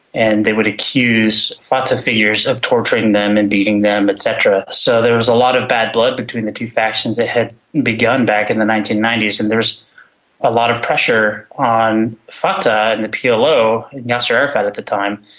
and they would accuse fatah figures of torturing them and beating them, et cetera. so there was a lot of bad blood between the two factions that had begun back in the nineteen ninety s and there was a lot of pressure on fatah and the plo yasser arafat at the time,